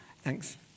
Thanks